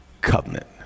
covenant